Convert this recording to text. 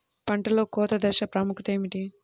పంటలో కోత దశ ప్రాముఖ్యత ఏమిటి?